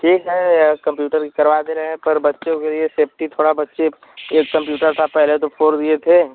ठीक है कंप्यूटर की करवा दे रहे हैं पर बच्चों के लिए सेफ्टी थोड़ा बच्चे यह कंप्यूटर था पहले तो फोड़ दिए थे